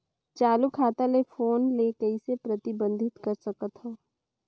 चालू खाता ले फोन ले कइसे प्रतिबंधित कर सकथव?